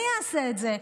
אני אעשה את זה,